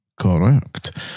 Correct